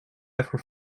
ever